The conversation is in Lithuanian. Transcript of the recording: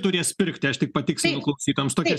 turės pirkti aš tik patikslinu klausytojams tokia